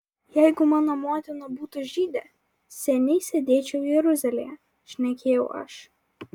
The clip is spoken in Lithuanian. jeigu mano motina būtų žydė seniai sėdėčiau jeruzalėje šnekėjau aš